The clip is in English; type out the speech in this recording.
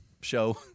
show